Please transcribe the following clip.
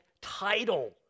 title